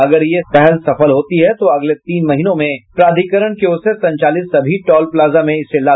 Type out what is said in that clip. अगर यह पहल सफल होती है तो अगले तीन महीनों में प्राधिकरण की ओर से संचालित सभी टोल प्लाजा में इसे लागू किया जाएगा